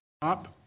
top